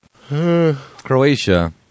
Croatia